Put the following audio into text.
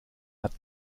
hat